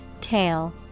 tail